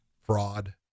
fraud